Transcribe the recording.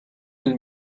lil